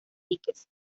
diques